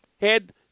head